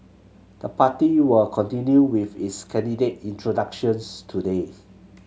the party will continue with its candidate introductions today